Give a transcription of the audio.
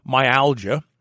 myalgia